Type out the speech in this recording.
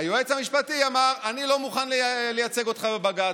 היועץ המשפטי אמר: אני לא מוכן לייצג אותך בבג"ץ.